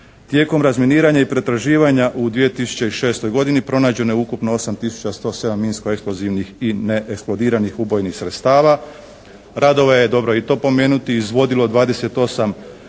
Tijekom razminiranja i pretraživanja u 2006. godini pronađeno je ukupno 8 tisuća 107 minsko eksplozivnih i neeksplodiranih ubojnih sredstava. Radove je, dobro je i to pomenuti, izvodilo 28